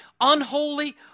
unholy